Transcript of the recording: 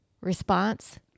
response